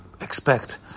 expect